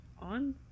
on